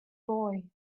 boy